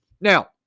Now